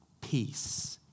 peace